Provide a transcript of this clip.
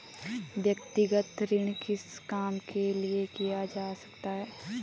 व्यक्तिगत ऋण किस काम के लिए किया जा सकता है?